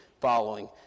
following